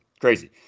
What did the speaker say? Crazy